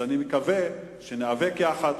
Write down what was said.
אני מקווה שניאבק יחד,